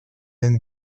энэ